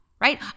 right